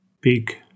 big